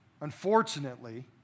unfortunately